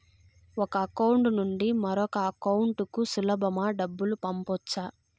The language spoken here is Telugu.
ఒక అకౌంట్ నుండి మరొక అకౌంట్ కు సులభమా డబ్బులు పంపొచ్చా